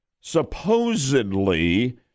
supposedly